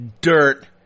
dirt